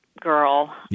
girl